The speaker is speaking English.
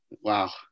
Wow